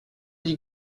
you